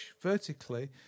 vertically